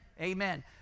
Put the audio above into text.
Amen